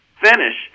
finish